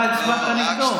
אתה הצבעת נגדו.